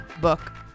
book